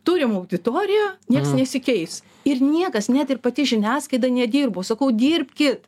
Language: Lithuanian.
turim auditoriją nieks nesikeis ir niekas net ir pati žiniasklaida nedirbo sakau dirbkit